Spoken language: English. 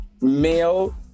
male